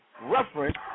reference